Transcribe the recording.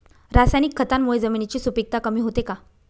रासायनिक खतांमुळे जमिनीची सुपिकता कमी होते का?